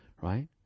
Right